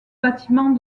bâtiment